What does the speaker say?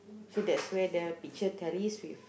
so that's where the picture tallies with